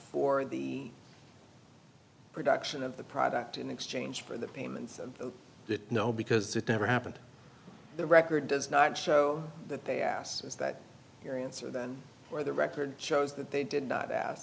for the production of the product in exchange for the payment that no because that never happened the record does not show that they asked is that your answer or the record shows that they didn't